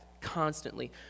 constantly